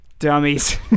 Dummies